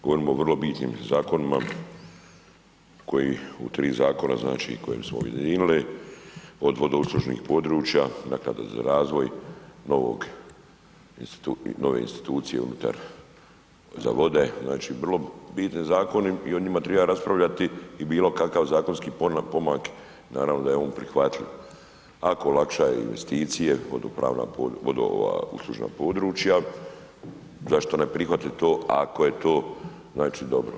Govorimo o vrlo bitnim zakonima koji u tri zakona, znači koje smo objedinili od vodouslužnih područja, naknada za razvoj, nove institucije unutar, za vode, znači vrlo bitni zakoni i o njima treba raspravljati i bilo kakav zakonski pomak, naravno da je on prihvatljiv ako olakšava investicije, vodopravna, vodouslužna područja zašto ne prihvatiti to ako je to znači dobro.